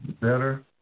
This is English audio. better